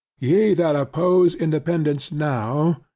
ye that oppose independance now,